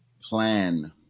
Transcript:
plan